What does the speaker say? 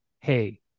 hey